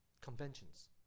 Conventions